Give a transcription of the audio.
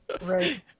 Right